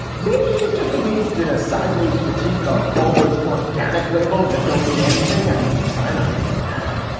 maybe he's just engaged in a sideways critique of all those organic labels that don't mean anything. i mean, cyanide, organic.